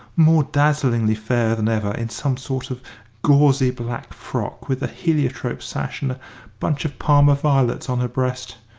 more dazzlingly fair than ever in some sort of gauzy black frock with a heliotrope sash and a bunch of parma violets on her breast,